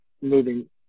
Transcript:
moving